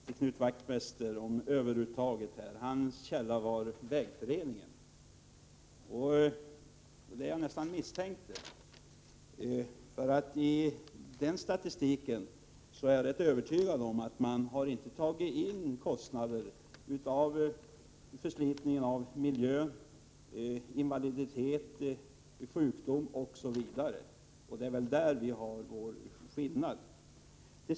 Herr talman! Jag vill säga följande till Knut Wachtmeister om överuttaget. Hans källa var Vägföreningen. Jag misstänkte nästan det. Jag är nämligen övertygad om att man i den statistiken inte har tagit med kostnader för förslitningen av miljön, invaliditet, sjukdom, osv. Därför finns det en skillnad mellan våra uppgifter.